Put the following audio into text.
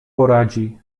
poradzi